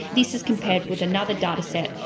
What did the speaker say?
this is compared with another dataset.